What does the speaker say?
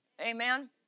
Amen